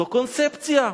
זו הקונספציה.